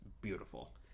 beautiful